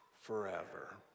forever